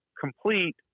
complete